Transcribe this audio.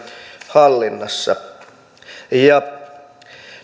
hallinnassa